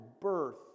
birth